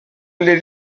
les